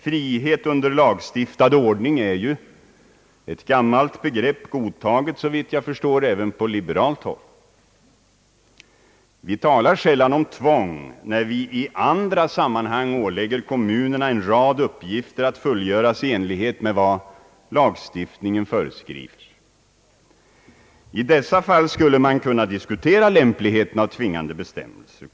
»Frihet under lagstiftad ordning» är ju ett gammalt begrepp, godtaget även på liberalt håll, såvitt jag förstår. Vi talar sällan om tvång när vi i andra sammanhang ålägger kommunerna en rad uppgifter att fullgöra i enlighet med vad lagstiftningen föreskriver. I dessa fall skulle man kunna diskutera lämpligheten av tvingande bestämmelser.